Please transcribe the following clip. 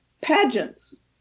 pageants